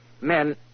Men